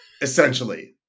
essentially